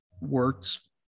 works